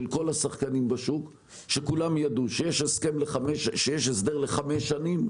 כל השחקנים בשוק שכולם ידעו שיש הסדר לחמש שנים,